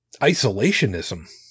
Isolationism